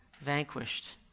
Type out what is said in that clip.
vanquished